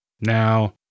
Now